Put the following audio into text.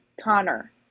Connor